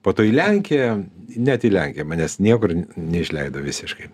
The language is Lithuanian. po to į lenkiją net į lenkiją manęs niekur neišleido visiškai